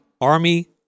Army